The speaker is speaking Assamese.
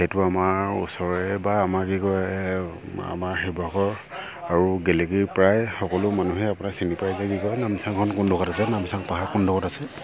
সেইটো আমাৰ ওচৰৰে বা আমাৰ কি কয় আমাৰ শিৱসাগৰ আৰু গেলেকীৰ প্ৰায় সকলো মানুহে আপোনাৰ চিনি পায় যে কি কয় নামচাংখন কোনডোখৰত আছে নামচাং পাহাৰ কোনডোখৰত আছে